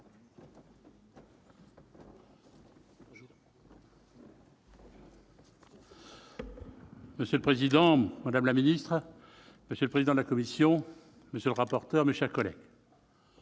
Monsieur le président, madame la secrétaire d'État, monsieur le président de la commission, monsieur le rapporteur, mes chers collègues,